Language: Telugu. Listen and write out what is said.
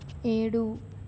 ఏడు